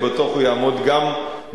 אני בטוח שהוא יעמוד גם,